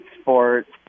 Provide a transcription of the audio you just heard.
sports